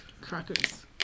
crackers